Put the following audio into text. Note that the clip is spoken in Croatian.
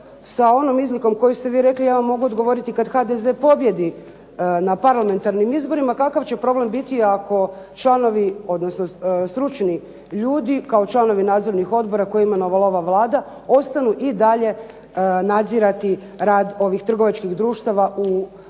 sa onom izlikom koju ste vi rekli. Ja vam mogu odgovoriti kad HDZ pobijedi na parlamentarnim izborima kakav će problem biti ako članovi odnosno stručni ljudi kao članovi nadzornih odbora koje je imenovala Vlada ostanu i dalje nadzirati rad ovih trgovačkih društava u